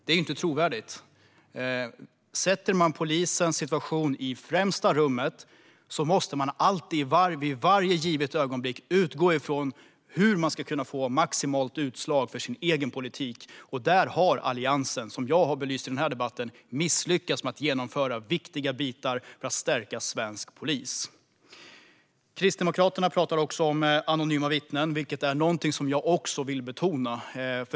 Det är inte trovärdigt. Sätter man polisens situation i främsta rummet måste man i varje givet ögonblick utgå från hur man ska kunna få maximalt utslag för sin egen politik, och här har Alliansen misslyckats med att genomföra viktiga bitar för att stärka svensk polis. Kristdemokraterna talade om anonyma vittnen, vilket är något som jag också vill betona.